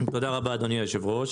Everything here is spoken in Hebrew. חליפיים.